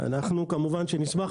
אנחנו כמובן נשמח.